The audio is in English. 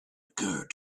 occur